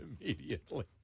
immediately